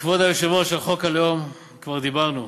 כבוד היושב-ראש, על חוק הלאום כבר דיברנו.